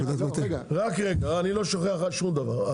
רק רגע, אני לא שוכח שום דבר.